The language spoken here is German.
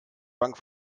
bank